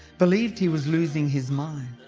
believed he was losing his mind.